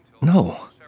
No